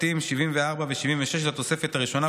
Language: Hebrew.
פרטים (74) ו-(76) לתוספת הראשונה,